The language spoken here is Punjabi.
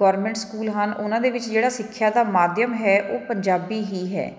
ਗੌਰਮੈਂਟ ਸਕੂਲ ਹਨ ਉਹਨਾਂ ਦੇ ਵਿੱਚ ਜਿਹੜਾ ਸਿੱਖਿਆ ਦਾ ਮਾਧਿਅਮ ਹੈ ਉਹ ਪੰਜਾਬੀ ਹੀ ਹੈ